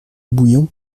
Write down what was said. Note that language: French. bouillon